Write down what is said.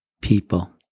people